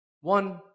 one